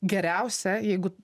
geriausia jeigu